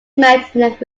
met